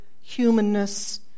humanness